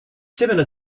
similar